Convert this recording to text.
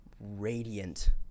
radiant